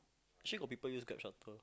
actually got people use GrabShuttle